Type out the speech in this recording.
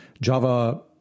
java